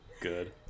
Good